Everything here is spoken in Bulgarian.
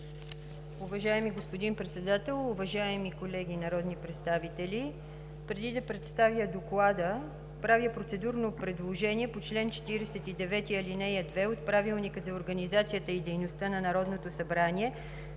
Уважаеми господин Председател, уважаеми колеги народни представители! Преди да представя Доклада правя процедурно предложение по чл. 49, ал. 2 от Правилника за организацията и дейността на Народното събрание